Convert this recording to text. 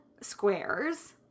squares